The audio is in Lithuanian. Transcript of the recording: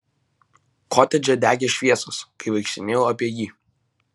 kotedže degė šviesos kai vaikštinėjau apie jį